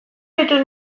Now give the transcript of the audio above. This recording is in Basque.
ditut